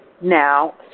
Now